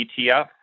ETF